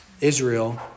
Israel